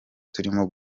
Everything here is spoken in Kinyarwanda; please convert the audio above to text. turimo